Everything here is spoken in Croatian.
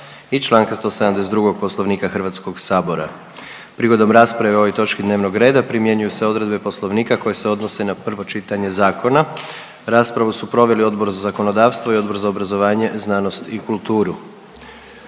i čl. 172. Poslovnika HS. Prigodom rasprave o ovoj točki dnevnog reda primjenjuju se odredbe Poslovnika koje se odnose na prvo čitanje zakona. Raspravu su proveli Odbor za zakonodavstvo i Odbor za obrazovanje, znanost i kulturu.